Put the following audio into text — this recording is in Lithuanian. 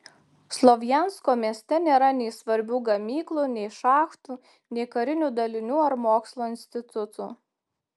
slovjansko mieste nėra nei svarbių gamyklų nei šachtų nei karinių dalinių ar mokslo institutų